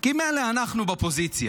כי מילא אנחנו בפוזיציה,